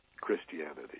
Christianity